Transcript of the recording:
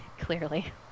Clearly